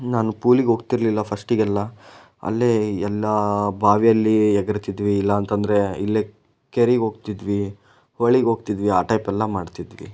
ನಾನು ಪೂಲಿಗೆ ಹೋಗ್ತಿರಲಿಲ್ಲ ಫಸ್ಟಿಗೆಲ್ಲ ಅಲ್ಲೇ ಎಲ್ಲ ಬಾವಿಯಲ್ಲಿ ಎಗರ್ತಿದ್ವಿ ಇಲ್ಲ ಅಂತ ಅಂದ್ರೆ ಇಲ್ಲೇ ಕೆರೆಗೆ ಹೋಗ್ತಿದ್ವಿ ಹೊಳೆಗೆ ಹೋಗ್ತಿದ್ವಿ ಆ ಟೈಪೆಲ್ಲ ಮಾಡ್ತಿದ್ವಿ